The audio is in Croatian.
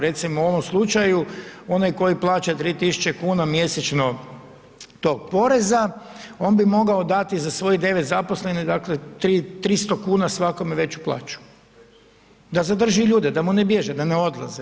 Recimo u ovom slučaju onaj tko plaća 3.000 kuna mjesečno tog poreza on bi mogao dati za svojih 9 zaposlenih dakle 300 kuna svakome veću plaću, da zadrži ljude, da mu ne bježe, da ne odlaze.